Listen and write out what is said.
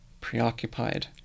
preoccupied